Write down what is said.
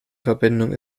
verbindung